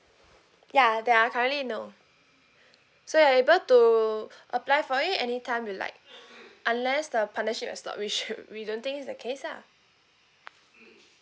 ya there are currently no so you're able to apply for it any time you like unless the partnership have stop we should we don't think is a case lah